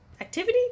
Activity